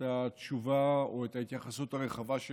את התשובה או את ההתייחסות הרחבה של